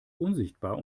unsichtbar